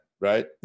right